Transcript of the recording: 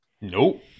Nope